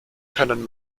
können